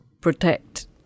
protect